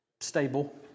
stable